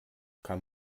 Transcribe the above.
kann